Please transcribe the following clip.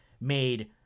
made